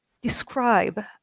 describe